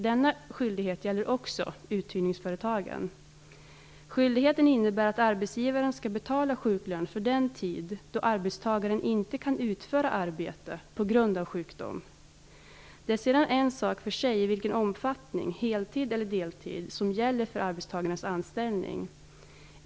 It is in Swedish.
Denna skyldighet gäller också uthyrningsföretagen. Skyldigheten innebär att arbetsgivaren skall betala sjuklön för den tid då arbetstagaren inte kan utföra arbete på grund av sjukdom. Det är sedan en sak för sig vilken omfattning, heltid eller deltid, som gäller för arbetstagaren anställning.